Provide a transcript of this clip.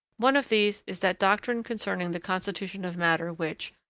one of these is that doctrine concerning the constitution of matter which,